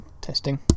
testing